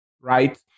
right